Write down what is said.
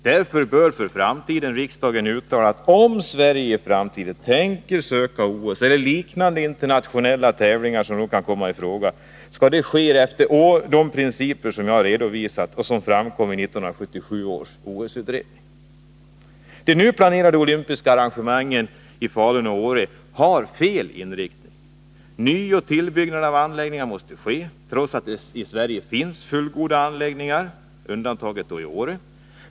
Därför bör riksdagen uttala att om Sverige i framtiden tänker söka OS eller liknande internationella tävlingar som kan komma i fråga, skall det ske efter de principer som jag har redovisat och som framkom i 1977 års OS-utredning. De nu planerade olympiska arrangemangen i Falun och Åre har en felaktig inriktning. Nyoch tillbyggnad av anläggningar måste ske, trots att det i Sverige finns fullgoda anläggningar, med undantag för Åre.